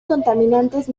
contaminantes